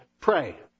Pray